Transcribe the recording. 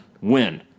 Win